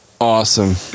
awesome